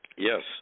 Yes